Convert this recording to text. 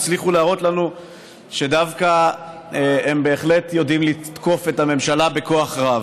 הצליחו להראות לנו שהם דווקא בהחלט יודעים לתקוף את הממשלה בכוח רב.